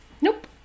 Nope